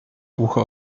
ucho